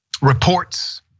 reports